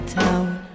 town